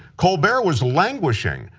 colbert was languishing.